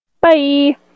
Bye